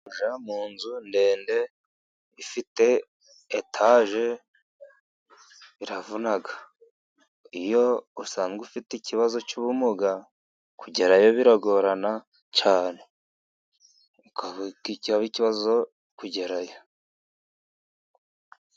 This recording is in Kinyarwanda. Kujya mu nzu ndende ifite etaje biravuna. Iyo usanzwe ufite ikibazo cy'ubumuga kugerayo biragorana cyane bikaba ikibazo kugerayo.